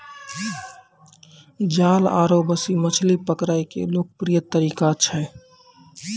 जाल आरो बंसी मछली पकड़ै के लोकप्रिय तरीका छै